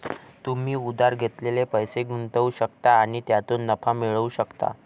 तुम्ही उधार घेतलेले पैसे गुंतवू शकता आणि त्यातून नफा मिळवू शकता